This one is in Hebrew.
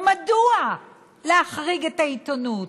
מדוע להחריג את העיתונות?